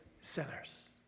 sinners